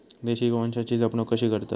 देशी गोवंशाची जपणूक कशी करतत?